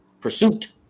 Pursuit